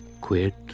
Quit